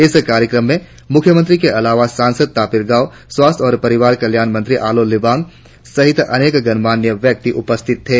इस कार्यक्रम मे मुख्यमंत्री के अलावा सांसद तापिर गाव स्वास्थ्य और परिवार कल्याण मंत्री आलो लिवांग सहित अनेक गणमान्य व्यक्ति उपस्थित थे